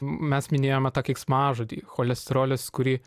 mes minėjome tokią veiksmažodį cholesterolis kurį